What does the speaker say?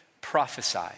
prophesy